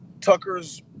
Tucker's